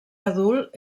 adult